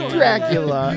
Dracula